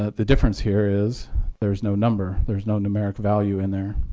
ah the difference here is there is no number. there is no numeric value in there.